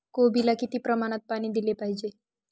कोबीला किती प्रमाणात पाणी दिले पाहिजे?